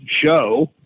show